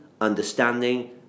understanding